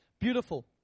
beautiful